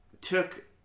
took